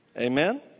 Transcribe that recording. Amen